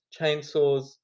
chainsaws